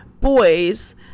boys